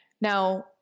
Now